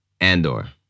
Andor